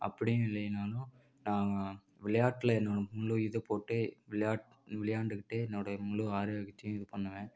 அப்படியும் இல்லைனாலும் நான் விளையாட்டில் என்னோடய முழு இது போட்டு விளையாட்டு விளையாண்டுக்கிட்டு என்னோடைய முழு ஆரோக்கியத்தையும் இது பண்ணுவேன்